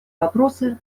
вопросы